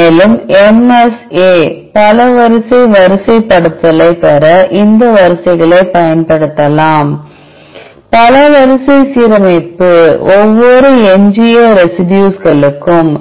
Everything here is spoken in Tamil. மேலும் MSA பல வரிசை வரிசைப்படுத்தலைப் பெற இந்த வரிசைகள் பயன்படுத்தலாம் பல வரிசை சீரமைப்பு ஒவ்வொரு எஞ்சிய ரெசிடியூஸ்களுக்கும்